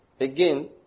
again